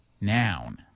noun